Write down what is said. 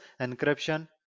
encryption